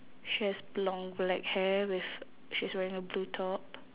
she has long black hair with she's wearing a blue top